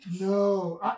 No